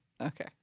okay